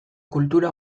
kultura